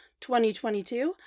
2022